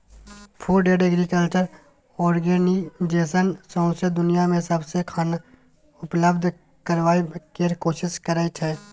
food and agriculture organization सौंसै दुनियाँ मे सबकेँ खाना उपलब्ध कराबय केर कोशिश करइ छै